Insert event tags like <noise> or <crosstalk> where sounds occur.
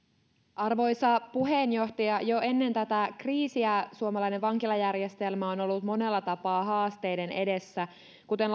arvoisa puheenjohtaja jo ennen tätä kriisiä suomalainen vankilajärjestelmä on ollut monella tapaa haasteiden edessä kuten <unintelligible>